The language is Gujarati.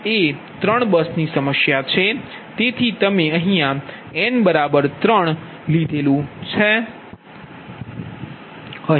અને તે 3 બસની સમસ્યા છે તેથી તે n 3 છે